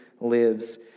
lives